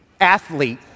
athlete